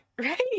right